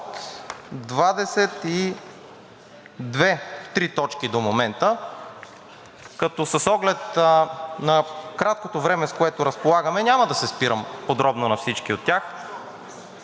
от 23 точки до момента, като с оглед на краткото време, с което разполагаме, няма да се спирам подробно на всички от тях,